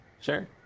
sure